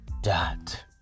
dot